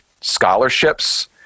scholarships